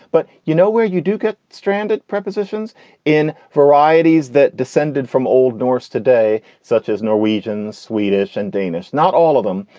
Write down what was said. but you know where you do get stranded prepositions in varieties that descended from old norse today, such as norwegian's swedish and danish. not all of them,